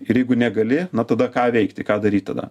ir jeigu negali na tada ką veikti ką daryt tada